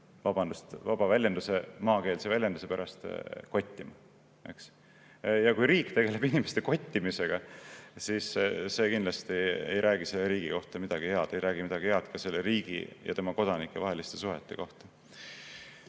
vaba väljenduse, maakeelse väljenduse pärast – kottima, eks. Kui riik tegeleb inimeste kottimisega, siis see kindlasti ei räägi selle riigi kohta midagi head, ei räägi midagi head ka selle riigi ja tema kodanike vaheliste suhete kohta. See